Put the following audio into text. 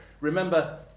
Remember